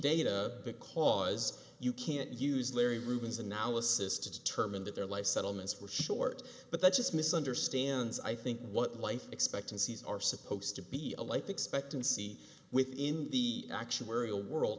data because you can't use larry ruben's analysis to determine that their life settlements were short but that just misunderstands i think what life expectancies are supposed to be a life expectancy within the actuarial world